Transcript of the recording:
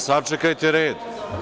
Sačekajte red.